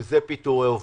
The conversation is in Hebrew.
וזה פיטורי עובדים.